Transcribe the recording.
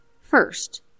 First